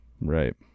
right